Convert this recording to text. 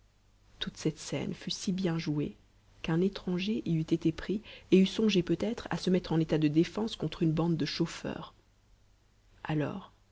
toute cette scène fut si bien jouée qu'un étranger y eût été pris et eût songé peut-être à se mettre en état de défense contre une bande de chauffeurs alors